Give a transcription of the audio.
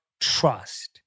trust